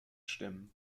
stimmen